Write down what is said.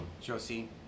josie